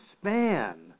span